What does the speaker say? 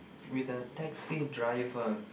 with a taxi driver